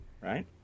right